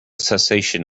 cessation